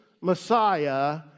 Messiah